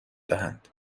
دهند